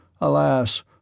Alas